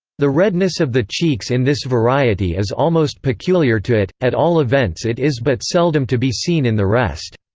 the redness of the cheeks in this variety is almost peculiar to it at all events it is but seldom to be seen in the rest.